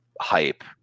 hype